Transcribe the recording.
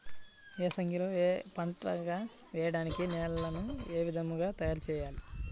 ఏసంగిలో ఏక పంటగ వెయడానికి నేలను ఏ విధముగా తయారుచేయాలి?